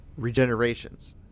regenerations